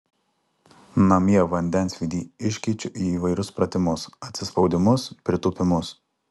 namie vandensvydį iškeičiu į įvairius pratimus atsispaudimus pritūpimus